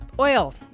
Oil